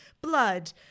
blood